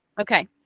okay